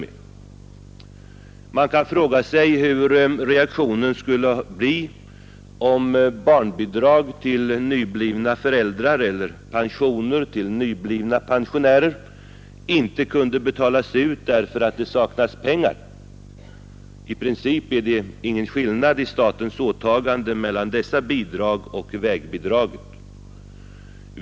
Man kan fråga sig hurdan reaktionen skulle bli om barnbidrag till nyblivna föräldrar eller pensioner till nyblivna pensionärer inte kunde betalas ut därför att det saknas pengar. I princip är det ingen skillnad i fråga om statens åtaganden mellan dessa bidrag och vägbidraget.